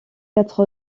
quatre